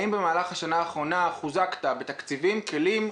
האם במהלך השנה האחרונה חוזקת בתקציבים, כלים,